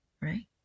right